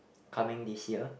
coming this year